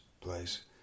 place